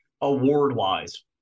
award-wise